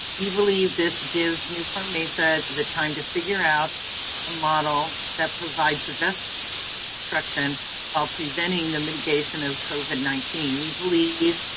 we believe this gives newport-mesa the time to figure out a model that provides the best instruction while preventing the mitigation of covid nineteen. we believe